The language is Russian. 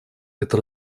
эта